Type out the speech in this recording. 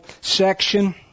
section